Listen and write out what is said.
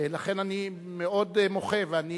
ולכן, אני מאוד מוחה, ואני